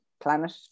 planet